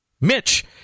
Mitch